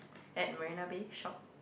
at Marina-Bay-Shoppe